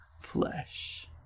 flesh